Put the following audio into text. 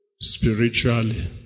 spiritually